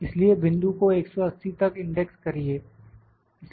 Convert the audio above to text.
इसलिए बिंदु को 180 तक इंडेक्स करिए